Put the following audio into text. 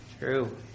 True